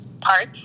parts